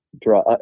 draw